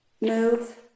move